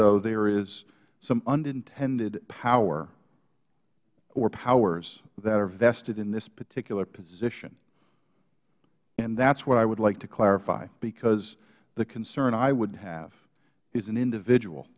though there is some unintended power or powers that are vested in this particular position and that's what i would like to clarify because the concern i would have as an individual